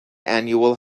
annual